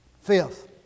Fifth